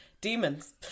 demons